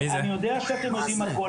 אני יודע שאתם יודעים הכול